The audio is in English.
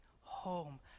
home